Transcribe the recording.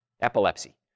Epilepsy